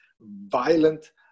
violent